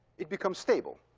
it becomes stable.